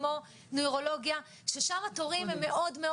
כמו נוירולוגיה ששם התורים הם מאוד מאוד